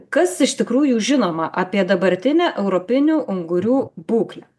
kas iš tikrųjų žinoma apie dabartinę europinių ungurių būklę